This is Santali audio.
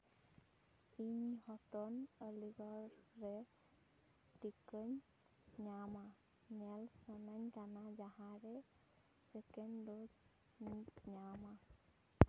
ᱤᱧ ᱦᱚᱛᱚᱱ ᱟᱞᱤᱜᱚᱲ ᱨᱮ ᱴᱤᱠᱟᱹᱧ ᱧᱟᱢᱟ ᱧᱮᱞ ᱥᱟᱱᱟᱧ ᱠᱟᱱᱟ ᱡᱟᱸᱦᱟᱨᱮ ᱥᱮᱠᱮᱱ ᱰᱳᱡ ᱤᱧ ᱧᱟᱢᱟ